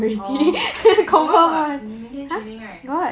orh you tomorrow got 你明天 training right